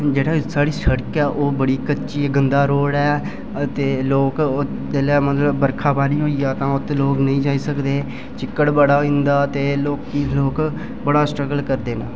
जेह्ड़ी साढ़ी शड़क ऐ ओह् बी कच्ची ऐ गन्दा रोड़ ऐ ते लोक जिसलै मतलब बर्खा पौंदी ऐ ते ोत्त लौक नेईं जाई सकदे न चिक्कड़ बड़ा होई जंदा ते लोक बड़ा स्ट्रगल करदे न